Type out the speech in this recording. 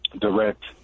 direct